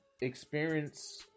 experience